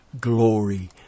glory